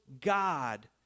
God